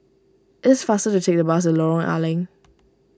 it is faster to take the bus to Lorong A Leng